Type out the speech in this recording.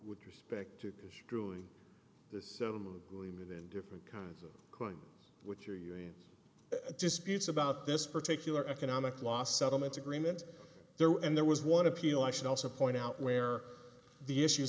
with respect to push drilling the settlement agreement in different kinds of coins which are you in disputes about this particular economic law settlement agreement there were and there was one appeal i should also point out where the issues